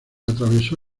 atravesó